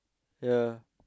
ya